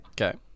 Okay